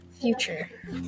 future